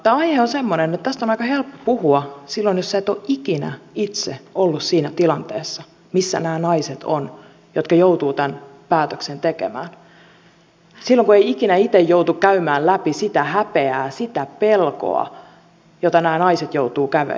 aihe on semmoinen että tästä on aika helppo puhua silloin jos et ole ikinä itse ollut siinä tilanteessa missä nämä naiset ovat jotka joutuvat tämän päätöksen tekemään silloin kun ei ikinä itse joudu käymään läpi sitä häpeää sitä pelkoa jota nämä naiset joutuvat käymään läpi